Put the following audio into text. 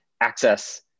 access